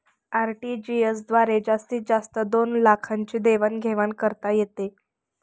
RTGS द्वारे जास्तीत जास्त दोन लाखांची देवाण घेवाण करता येते